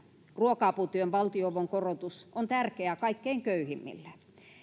ruoka aputyön valtionavun korotus on tärkeää kaikkein köyhimmille